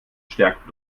stärkung